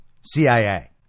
CIA